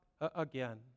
again